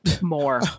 More